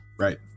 Right